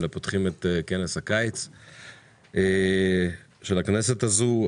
אנחנו פותחים את כנס הקיץ של הכנסת הזאת.